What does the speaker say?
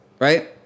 Right